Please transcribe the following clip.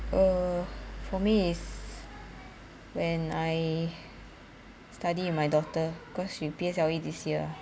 uh for me is when I study with my daughter cause she P_S_L_E this year ah